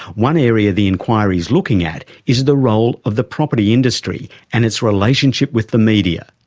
one area the inquiry is looking at is the role of the property industry and its relationship with the media,